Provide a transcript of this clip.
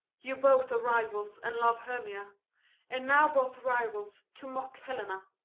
you both are rivals, and love hermia and now both rivals, to mock helena.